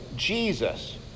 Jesus